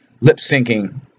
lip-syncing